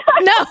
No